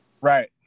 Right